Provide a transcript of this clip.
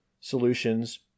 solutions